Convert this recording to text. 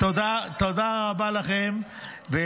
תודה רבה לכם.